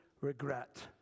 regret